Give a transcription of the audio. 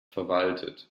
verwaltet